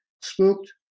spooked